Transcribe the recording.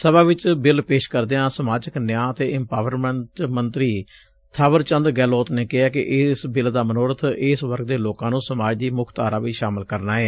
ਸਭਾ ਵਿਚ ਬਿੱਲ ਪੇਸ਼ ਕਰਦਿਆਂ ਸਮਾਜਕ ਨਿਆਂ ਅਤੇ ਇਮਪਾਵਰਮੈਂਟ ਮੰਤਰੀ ਬਾਵਰੰਦ ਗਹਿਲੋਤ ਨੇ ਕਿਹੈ ਕਿ ਇਸ ਬਿੱਲ ਦਾ ਮਨੋਰਥ ਇਸ ਵਰਗ ਦੇ ਲੋਕਾਂ ਨੂੰ ਸਮਾਜ ਦੀ ਮੁਖ ਧਾਰਾ ਵਿਚ ਸ਼ਾਮਲ ਕਰਨਾ ਏ